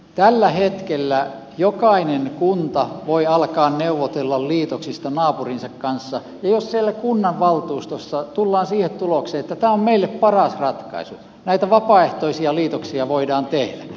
tällä hetkellä jokainen kunta voi alkaa neuvotella liitoksista naapurinsa kanssa ja jos siellä kunnanvaltuustossa tullaan siihen tulokseen että tämä on meille paras ratkaisu näitä vapaaehtoisia liitoksia voidaan tehdä